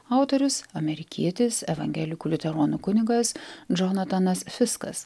autorius amerikietis evangelikų liuteronų kunigas džonatanas fiskas